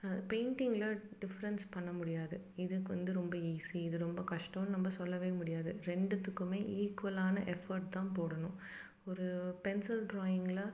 பெயிண்டிங்ல difference பண்ண முடியாது இதுக்கு வந்து ரொம்ப ஈஸி இது ரொம்ப கஷ்டம்னு நம்ம சொல்லவே முடியாது ரெண்டுத்துக்குமே ஈக்குவலான எஃபர்ட் தான் போடணும் ஒரு பென்சில் ட்ராயிங்கில